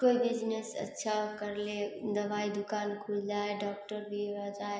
कोई बिजनेस अच्छा कर ले दवाई दुकान खुल जाय डॉक्टर भी आ जाए